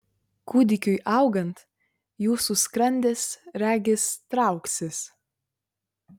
kūdikiui augant jūsų skrandis regis trauksis